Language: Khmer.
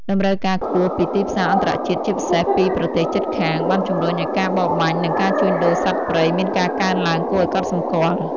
តម្រូវការខ្ពស់ពីទីផ្សារអន្តរជាតិ ជាពិសេសពីប្រទេសជិតខាង បានជំរុញឱ្យការបរបាញ់និងការជួញដូរសត្វព្រៃមានការកើនឡើងគួរឱ្យកត់សម្គាល់។